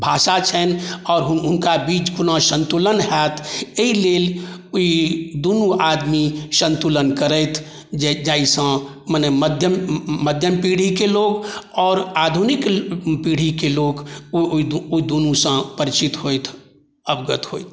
भाषा छनि आओर हुनका बीच कोना सन्तुलन हैत एहिलेल ई दुनू आदमी सन्तुलन करथि जाहिसँ मने मध्यम मध्यम पीढ़ीके लोक आओर आधुनिक पीढ़ीके लोक ओहि दुनूसँ परिचित होइथि अवगत होइथि